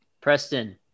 Preston